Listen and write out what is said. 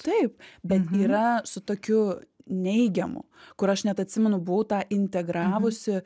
taip bet yra su tokiu neigiamu kur aš net atsimenu buvau tą integravusi